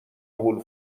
هول